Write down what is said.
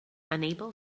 unable